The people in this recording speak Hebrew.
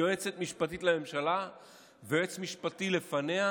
יועצת משפטית לממשלה ויועץ משפטי לפניה,